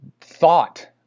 thought